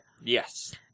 Yes